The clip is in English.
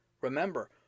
remember